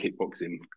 kickboxing